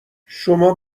شما